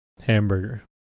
hamburger